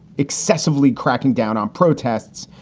excessively cracking down on protests.